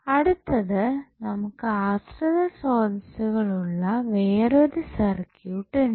അടുത്തത് നമുക്ക് ആശ്രിത സ്രോതസ്സുകൾ ഉള്ള വേറൊരു സർക്യൂട്ട് ഉണ്ട്